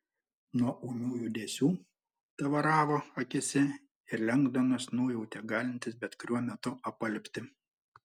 nuo ūmių judesių tavaravo akyse ir lengdonas nujautė galintis bet kuriuo metu apalpti